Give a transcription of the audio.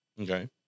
Okay